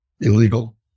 illegal